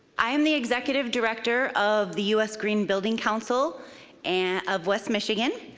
i am the executive director of the us green building council and of west michigan.